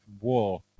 War